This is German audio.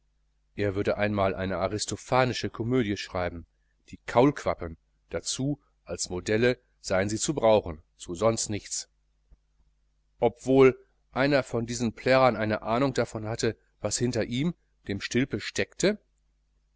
er würde einmal eine aristophanische komödie schreiben die kaulquappen dazu als modelle seien sie zu brauchen sonst zu nichts ob wol einer von diesen plärrern eine ahnung davon hätte was hinter ihm dem stilpe steckte